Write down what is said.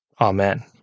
Amen